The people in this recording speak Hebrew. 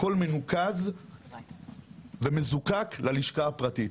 הכול מרוכז ומזוקק ללשכה הפרטית.